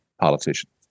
politicians